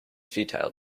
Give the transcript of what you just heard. futile